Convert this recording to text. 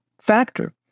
factor